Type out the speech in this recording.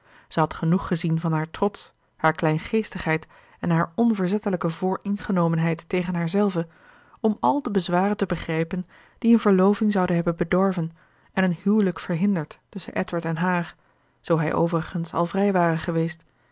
zij had genoeg gezien van haar trots haar kleingeestigheid en haar onverzettelijke vooringenomenheid tegen haarzelve om al de bezwaren te begrijpen die een verloving zouden hebben bedorven en een huwelijk verhinderd tusschen edward en haar zoo hij overigens al vrij ware geweest